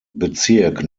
bezirk